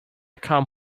come